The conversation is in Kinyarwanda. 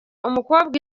umukobwa